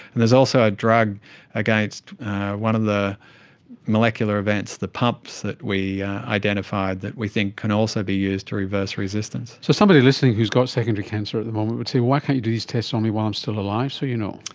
there is also a drug against one of the molecular events, the pumps that we identified that we think can also be used to reverse resistance. so somebody listening who's got secondary cancer at the moment would say, well, why can't you do these tests on me while i'm still alive so you know?